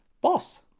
Boss